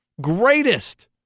greatest